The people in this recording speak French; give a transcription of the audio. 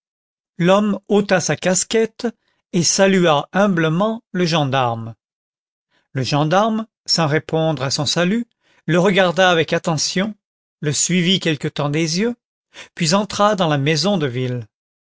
l'homme ôta sa casquette et salua humblement le gendarme le gendarme sans répondre à son salut le regarda avec attention le suivit quelque temps des yeux puis entra dans la maison de ville